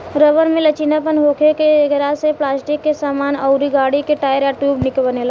rubber में लचीलापन होखे से एकरा से पलास्टिक के सामान अउर गाड़ी के टायर आ ट्यूब बनेला